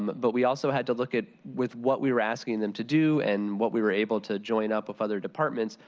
but we also had to look at with what we were asking them to do and what we were able to join up with other departments.